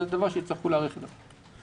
זה דבר שיצטרכו להיערך אליו.